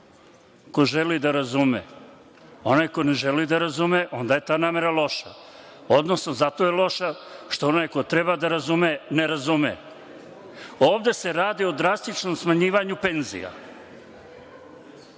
ko želi da razume. Onaj ko ne želi da razume, onda je ta namera loša, odnosno zato je loša što onaj ko treba da razume, ne razume. Ovde se radi o drastičnom smanjivanju penzija.